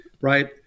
right